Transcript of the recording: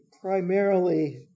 primarily